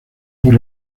por